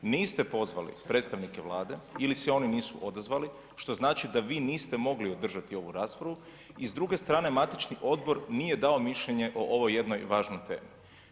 Niste pozvali predstavnike Vlade ili se oni nisu odazvali što znači da vi niste mogli održati ovu raspravu i s druge strane, matični odbor nije dao mišljenje o ovoj jednoj važnoj temi.